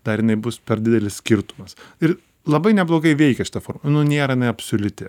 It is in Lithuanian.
dar jinai bus per didelis skirtumas ir labai neblogai veikia šita nu nėra jinai absoliuti